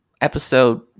episode